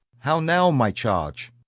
how now, my charge!